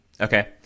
Okay